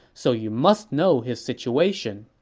so you must know his situation.